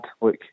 Look